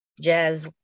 jazz